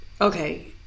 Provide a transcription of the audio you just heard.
okay